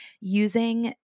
using